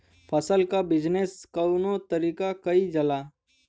फसल क बिजनेस कउने तरह कईल जाला?